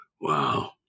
Wow